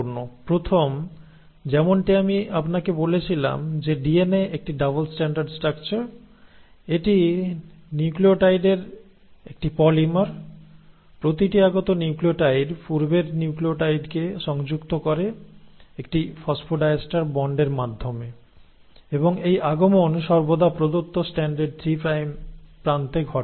প্প্রথমত যেমনটি আমি আপনাকে বলেছিলাম যে ডিএনএ একটি ডাবল স্ট্র্যান্ডড স্ট্রাকচার এটি নিউক্লিয়োটাইডের একটি পলিমার প্রতিটি আগত নিউক্লিয়োটাইড পূর্বের নিউক্লিওটাইডকে সংযুক্ত করে একটি ফসফোডাইএস্টার বন্ডের মাধ্যমে এবং এই আগমন সর্বদা প্রদত্ত স্ট্র্যান্ডের 3 প্রাইম প্রান্তে ঘটে